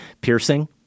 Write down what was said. piercing